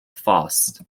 faust